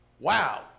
Wow